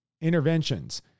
interventions